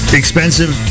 expensive